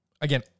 again